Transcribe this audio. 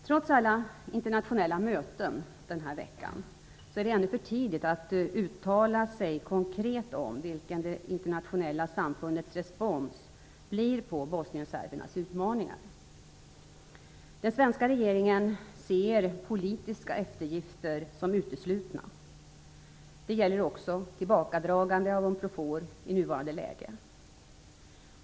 Trots alla internationella möten den här veckan är det ännu för tidigt att uttala sig konkret om vilken det internationella samfundets respons blir på bosnienserbernas utmaningar. Den svenska regeringen ser politiska eftergifter som uteslutna. Det gäller också ett tillbakadragande av Unprofor i nuvarande läge.